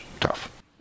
tough